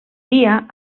dia